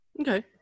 okay